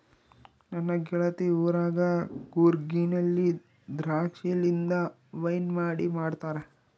ನನ್ನ ಗೆಳತಿ ಊರಗ ಕೂರ್ಗಿನಲ್ಲಿ ದ್ರಾಕ್ಷಿಲಿಂದ ವೈನ್ ಮಾಡಿ ಮಾಡ್ತಾರ